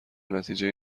نتیجهای